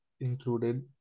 included